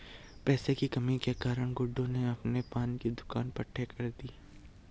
पैसे की कमी के कारण गुड्डू ने अपने पान की दुकान पट्टे पर दी